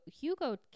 Hugo